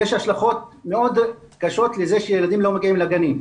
יש השלכות מאוד קשות לזה שילדים לא מגיעים לגנים,